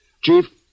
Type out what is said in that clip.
Chief